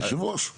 יושב הראש.